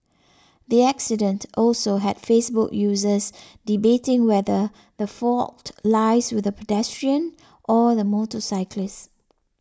the accident also had Facebook users debating whether the fault lies with the pedestrian or the motorcyclist